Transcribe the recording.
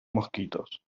mosquitos